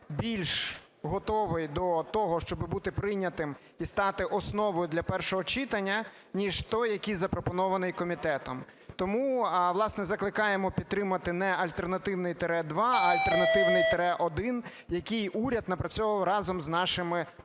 більш готовий до того, щоб бути прийнятим і стати основою для першого читання, ніж той, який запропонований комітетом. Тому, власне, закликаємо підтримати не альтернативний "тире 2", а альтернативний "тире 1", який уряд напрацьовував разом з нашими партнерами,